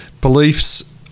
beliefs